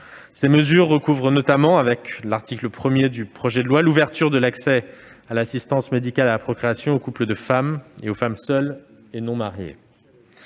Ces mesures recouvrent notamment, avec l'article 1 du projet de loi, l'ouverture de l'accès à l'assistance médicale à la procréation aux couples de femmes et aux femmes seules et non mariées.